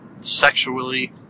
sexually